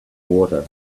water